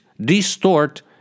distort